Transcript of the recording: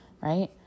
right